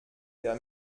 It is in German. der